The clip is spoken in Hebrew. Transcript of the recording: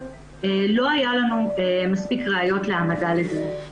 לא היה לנו מספיק ראיות להעמדה לדין.